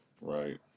Right